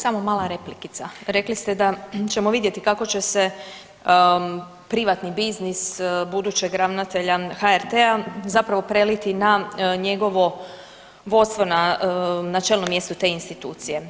Samo mala … [[govornica se ne razumije]] rekli ste da ćemo vidjeti kako će se privatni biznis budućeg ravnatelja HRT-a zapravo preliti na njegovo vodstvo, na čelno mjesto te institucije.